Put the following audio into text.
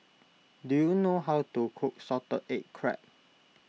do you know how to cook Salted Egg Crab